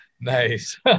Nice